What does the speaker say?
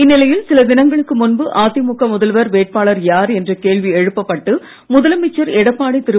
இந்நிலையில் சில தினங்களுக்கு முன்பு அதிமுக முதல்வர் வேட்பாளர் யார் என்ற கேள்வி எழுப்பப்பட்டு முதலமைச்சர் எடப்பாடி திரு